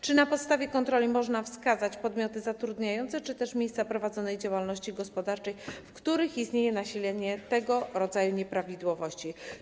Czy na podstawie kontroli można wskazać podmioty zatrudniające czy też miejsca prowadzonej działalności gospodarczej, w których istnieje nasilenie tego rodzaju nieprawidłowości?